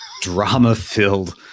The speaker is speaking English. drama-filled